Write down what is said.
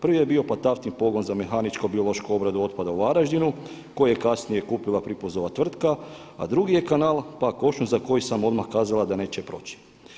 Prvi je bio Pataftni pogon za mehaničko-biološku obradu otpada u Varaždinu koja je kasnije kupila Pripuzova tvrtka, a drugi je Kanal … za koji sam odmah kazala da neće proći.